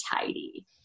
tidy